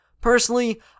Personally